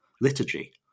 Liturgy